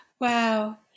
Wow